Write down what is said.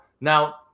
Now